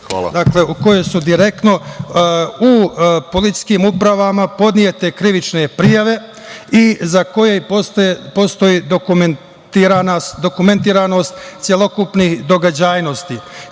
koje su direktno u policijskim upravama podnete krivične prijave i za koje postoji dokumentacija celokupnih događaja,